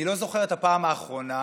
אני לא זוכר את הפעם האחרונה